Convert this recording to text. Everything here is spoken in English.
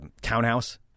townhouse